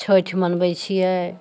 छैठ मनबै छियै